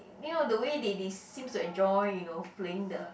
you know the way they they seems to enjoy you know playing the